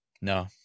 No